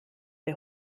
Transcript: der